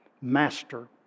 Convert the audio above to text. master